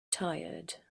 tired